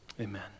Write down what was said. Amen